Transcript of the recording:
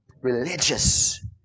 religious